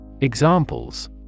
Examples